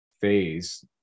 phase